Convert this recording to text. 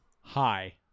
Hi